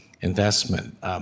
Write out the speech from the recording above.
investment